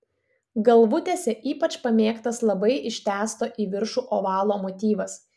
galvutėse ypač pamėgtas labai ištęsto į viršų ovalo motyvas